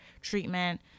treatment